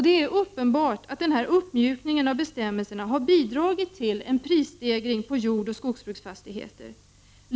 Det är uppenbart att den här uppmjukningen av bestämmelserna har bidragit till en prisstegring på jordoch skogsbruksfastigheter.